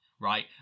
right